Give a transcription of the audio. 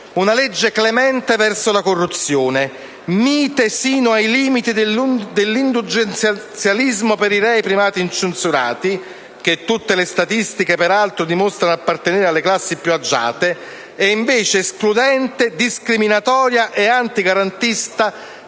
una legge clemente verso la corruzione, mite sino ai limiti dell'indulgenzialismo per i rei incensurati (che tutte le statistiche peraltro dimostrano appartenere alle classi più agiate), ed invece escludente, discriminatoria ed antigarantista